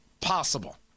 possible